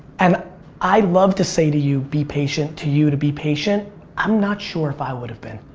and i love to say to you be patient, to you to be patient, i'm not sure if i would've been.